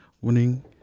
winning